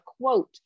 quote